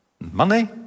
Money